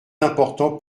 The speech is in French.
importants